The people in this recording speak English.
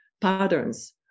patterns